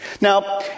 Now